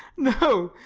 no.